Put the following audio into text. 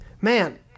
Man